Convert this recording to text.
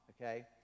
Okay